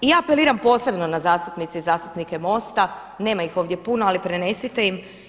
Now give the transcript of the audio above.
I apeliram posebno na zastupnice i zastupnike MOST-a, nema ih ovdje puno, ali prenesite im.